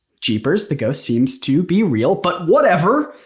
jeepers the ghost seems to be real but whatever,